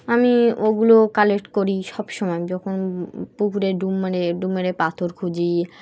আমি ওগুলো কালেক্ট করি সব সমময় যখন পুকুরে ডুব মেরে ডুব মেরে পাথর খুঁজি